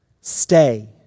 Stay